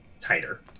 tighter